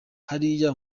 hariya